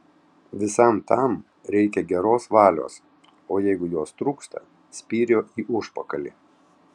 visam tam reikia geros valios o jeigu jos trūksta spyrio į užpakalį